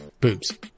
Boobs